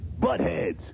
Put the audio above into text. buttheads